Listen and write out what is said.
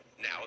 now